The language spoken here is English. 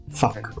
fuck